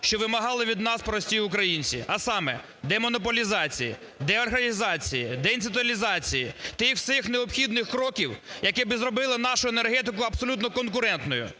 що вимагали від нас прості українці, а саме: демонополізації, деолігархізації, деінституалізації – тих всіх необхідних кроків, які би зробили нашу енергетику абсолютно конкурентною.